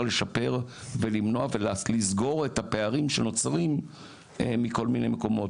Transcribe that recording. לשפר ולמנוע ולסגור את הפערים שנוצרים מכל מיני מקומות.